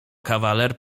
kawaler